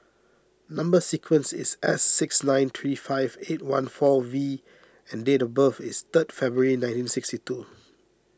Number Sequence is S six nine three five eight one four V and date of birth is third February nineteen sixty two